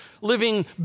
Living